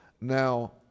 Now